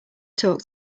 talk